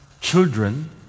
children